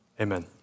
amen